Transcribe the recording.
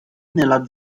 nella